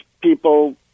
people